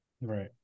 Right